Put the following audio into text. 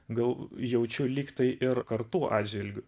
gal jaučiu lyg tai ir kartų atžvilgiu